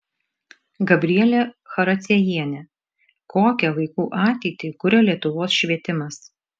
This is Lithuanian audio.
gabrielė characiejienė kokią vaikų ateitį kuria lietuvos švietimas